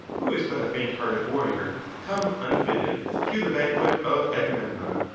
who is but a fainthearted warrior, come unbidden to the banquet of agamemnon,